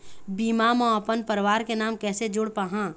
बीमा म अपन परवार के नाम कैसे जोड़ पाहां?